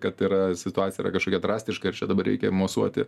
kad yra situacija yra kažkokia drastiška ir čia dabar reikia mosuoti